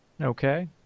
Okay